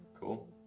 Cool